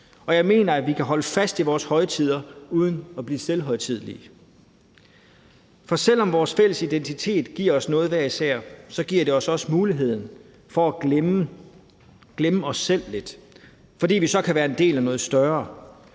og jeg mener, at vi kan holde fast i vores højtider uden at blive selvhøjtidelige. For selv om vores fælles identitet giver os noget hver især, giver den os også muligheden for at glemme os selv lidt, fordi vi så kan være en del af noget større,